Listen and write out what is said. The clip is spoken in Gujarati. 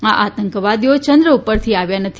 આ આતંકવાદીઓ ચંદ્ર ઉપરથી આવ્યા નથી